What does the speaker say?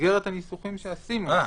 במסגרת התיקונים שעשינו.